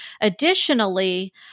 Additionally